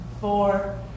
four